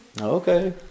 Okay